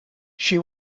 she